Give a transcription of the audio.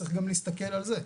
צריך גם להסתכל על זה.